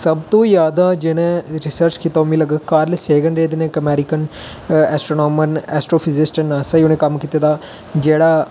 सबतूं जैदा जिन्ने रिसर्च कीता ओह् मिगी लग्गै दा कार्लसैगन रेह्दे न इक अमरिकन एस्ट्रोनामर न एस्ट्रोफिजिस्ट न नासा च उ'नें कम्म कीते दा जेह्ड़ा